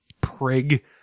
prig